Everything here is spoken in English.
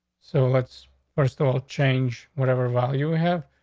so let's first of all, change whatever while you have,